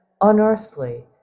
unearthly